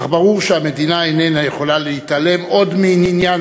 אך ברור שהמדינה איננה יכולה להתעלם עוד מעניין